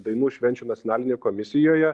dainų švenčių nacionalinėje komisijoje